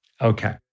Okay